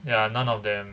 ya none of them